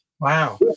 Wow